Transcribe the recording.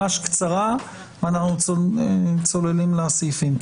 הערה ממש קצרה ואנחנו צוללים לסעיפים.